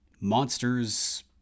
monsters